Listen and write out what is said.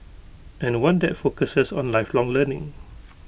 and one that focuses on lifelong learning